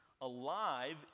alive